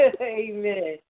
Amen